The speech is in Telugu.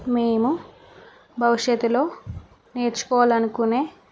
మేము భవిష్యత్తులో నేర్చుకోవాలనుకునే